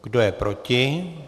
Kdo je proti?